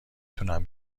تونم